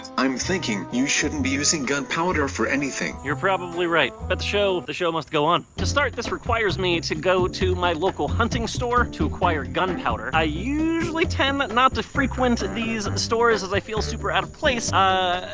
i'm thinking you shouldn't be using gunpowder for anything you're probably right but the show, the show must go on. to start this requires me to go to my local hunting store to acquire gun powder i usually tend not to frequent these stores, as i feel super out of place ah,